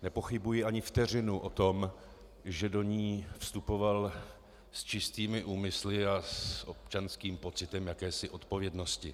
Nepochybuji ani vteřinu o tom, že do ní vstupoval s čistými úmysly a s občanským pocitem jakési odpovědnosti.